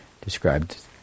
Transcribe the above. described